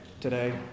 today